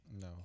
No